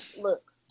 Look